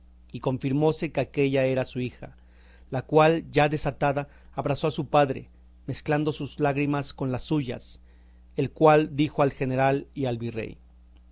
y confirmóse que aquélla era su hija la cual ya desatada abrazó a su padre mezclando sus lágrimas con las suyas el cual dijo al general y al virrey